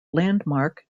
landmark